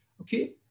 Okay